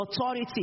authority